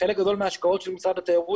שחלק גדול מההשקעות של משרד התיירות